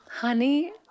Honey